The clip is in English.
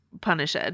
punished